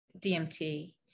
DMT